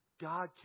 God